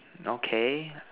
okay